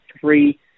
three